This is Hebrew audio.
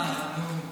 די, נו.